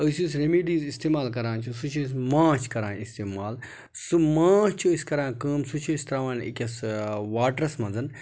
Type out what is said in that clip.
أسۍ یُس ریٚمِڈیٖز استعمال کَران چھِ سُہ چھِ أسۍ ماچھ کَران استعمال سُہ ماچھ چھِ أسۍ کَران کٲم سُہ چھِ أسۍ تراوان أکِس واٹرَس منٛز